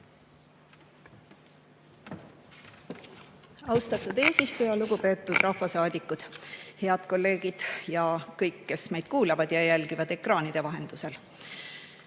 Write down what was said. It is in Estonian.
Austatud eesistuja! Lugupeetud rahvasaadikud! Head kolleegid ja kõik, kes meid kuulavad ja jälgivad ekraanide vahendusel!